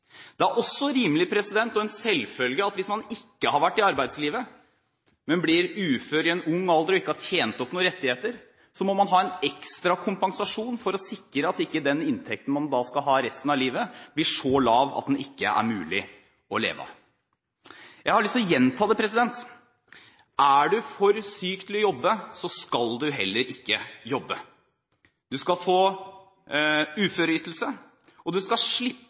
Det er også rimelig og en selvfølge at hvis man ikke har vært i arbeidslivet, men blir ufør i ung alder og ikke har tjent opp noen rettigheter, må man ha en ekstra kompensasjon for å sikre at den inntekten man skal ha resten av livet, ikke blir så lav at den ikke er mulig å leve av. Jeg har lyst til å gjenta det: Er du for syk til å jobbe, skal du heller ikke jobbe. Du skal få uføreytelse, og du skal slippe